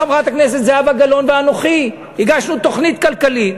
חברת הכנסת זהבה גלאון ואנוכי הגשנו תוכנית כלכלית